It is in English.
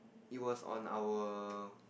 it was on our